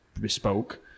bespoke